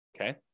okay